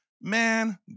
Man